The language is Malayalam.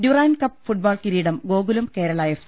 ഡ്യൂറാന്റ് കപ്പ് ഫുട്ബോൾ കിരീടം ഗോകുലം കേരള എഫ്